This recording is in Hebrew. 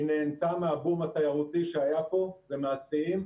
היא נהנתה מהבום התיירותי שהיה פה ומהשיאים,